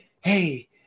hey